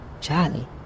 Charlie